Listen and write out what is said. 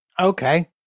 okay